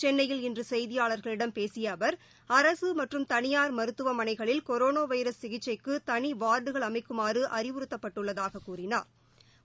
சென்னையில் இன்றுசெய்தியாளர்களிடம் பேசியஅவர் அரசுமற்றும் தனியார் மருத்துவமனைகளில் கொரோனாவைரஸ் சிகிச்சைக்குதனிவாா்டுகள் அமைக்குமாறுஅறிவுறுத்தப்பட்டுள்ளதாகக் கூறினாா்